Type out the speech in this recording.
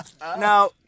Now